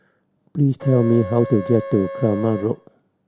please tell me how to get to Kramat Road